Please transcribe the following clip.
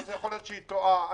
יכול להיות שהיא טועה.